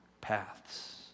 paths